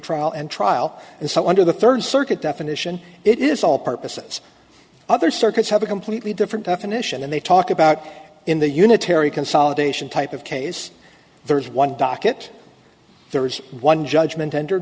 trial and trial and so under the third circuit definition it is all purposes other circuits have a completely different definition and they talk about in the unitary consolidation type of case there is one docket there was one judgment entered